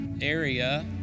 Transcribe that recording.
area